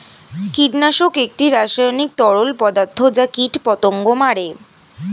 কীটনাশক একটি রাসায়নিক তরল পদার্থ যা কীটপতঙ্গ মারে